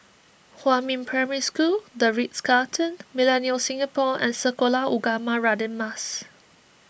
Huamin Primary School the Ritz Carlton Millenia Singapore and Sekolah Ugama Radin Mas